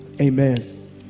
amen